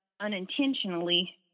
unintentionally